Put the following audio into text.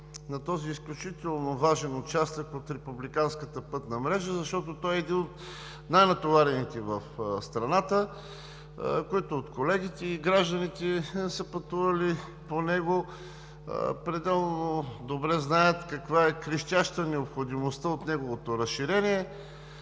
на този изключително важен участък от републиканската пътна мрежа, защото той е един от най-натоварените в страната. Които от колегите и гражданите са пътували по него, много добре знаят колко крещяща е необходимостта от неговото разширение.